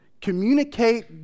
communicate